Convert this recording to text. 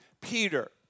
Peter